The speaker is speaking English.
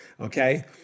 okay